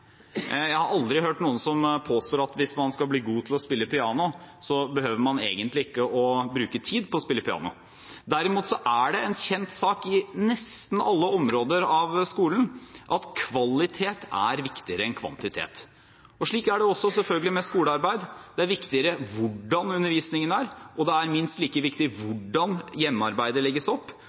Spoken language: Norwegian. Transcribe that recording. Jeg har aldri hørt noen som påstår at hvis man skal bli god til å spille piano, behøver man egentlig ikke å bruke tid på å spille piano. Derimot er det en kjent sak i nesten alle områder av skolen at kvalitet er viktigere enn kvantitet. Slik er det selvfølgelig også med skolearbeid: Det er viktigere hvordan undervisningen er, og det er minst like viktig hvordan hjemmearbeidet legges opp,